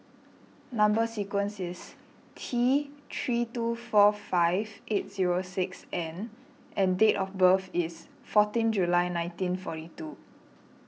Number Sequence is T three two four five eight zero six N and date of birth is fourteen July nineteen forty two